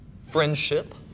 friendship